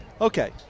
Okay